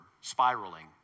spiraling